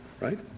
right